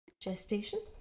gestation